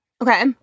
Okay